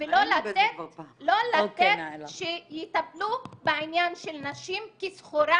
ולא לתת שיטפלו בעניין של נשים כסחורה